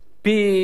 פי